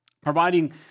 providing